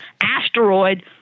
asteroid